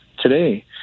today